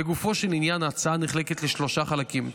לגופו של עניין, ההצעה נחלקת לשלושה חלקים: